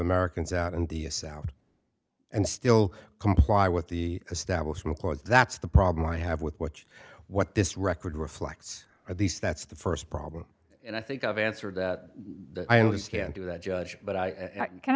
americans out and the south and still comply with the establishment clause that's the problem i have with what you what this record reflects at least that's the first problem and i think i've answered that i only just can't do that judge but i can